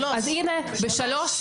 15:00. אז הנה, ב-15:00?